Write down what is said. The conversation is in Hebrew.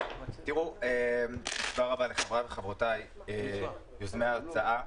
תודה רבה לחבריי וחברותיי יוזמי ההצעה.